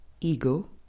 ego